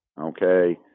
okay